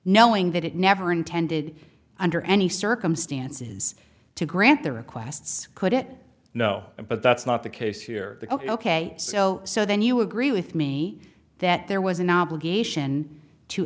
knowing that it never intended under any circumstances to grant the requests could it no but that's not the case here ok so so then you agree with me that there was an obligation to